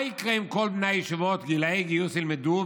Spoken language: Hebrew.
מה יקרה אם כל בני הישיבות גילאי גיוס ילמדו,